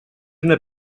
una